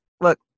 Look